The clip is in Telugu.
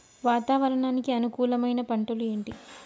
వాతావరణానికి అనుకూలమైన పంటలు ఏంటి?